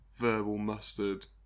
verbalmustard